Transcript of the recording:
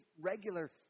regular